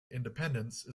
independence